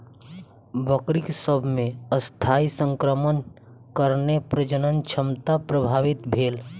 बकरी सभ मे अस्थायी संक्रमणक कारणेँ प्रजनन क्षमता प्रभावित भेल